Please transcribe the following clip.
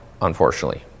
unfortunately